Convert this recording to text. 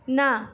না